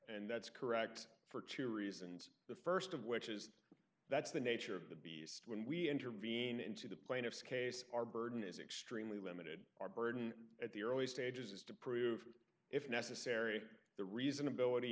and that's correct for two reasons the st of which is that's the nature of the beast when we intervene into the plaintiff's case our burden is extremely limited our burden at the early stages is to prove if necessary the reasonability